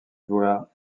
voix